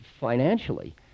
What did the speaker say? financially